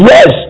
Yes